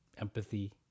empathy